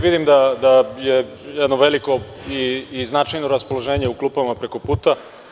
Vidim da je jedno veliko i značajno raspoloženje u klupama preko puta.